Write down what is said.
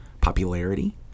popularity